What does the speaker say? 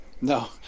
No